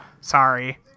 Sorry